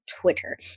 Twitter